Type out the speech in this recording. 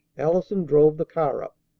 allison drove the car up.